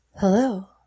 Hello